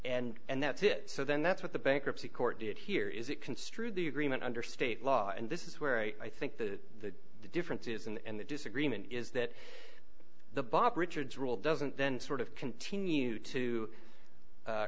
and that's it so then that's what the bankruptcy court did here is it construed the agreement under state law and this is where i i think the difference is and the disagreement is that the bob richards rule doesn't then sort of continue to